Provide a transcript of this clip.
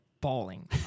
bawling